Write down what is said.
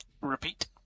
Repeat